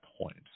point